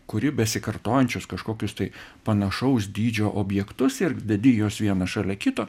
kuri besikartojančius kažkokius tai panašaus dydžio objektus ir dedi juos vieną šalia kito